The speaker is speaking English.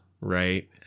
right